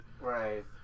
right